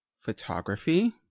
photography